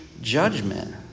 judgment